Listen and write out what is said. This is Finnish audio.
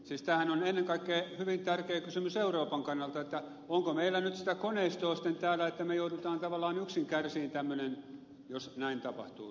siis tämänhän on hyvin tärkeä kysymys ennen kaikkea euroopan kannalta että onko meillä nyt sitä koneistoa sitten täällä että me joudumme tavallaan yksin kärsimään tämmöisen jos näin tapahtuu